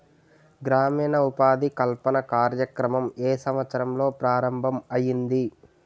గ్రామీణ ఉపాధి కల్పన కార్యక్రమం ఏ సంవత్సరంలో ప్రారంభం ఐయ్యింది?